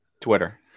Twitter